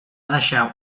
deixar